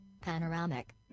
Panoramic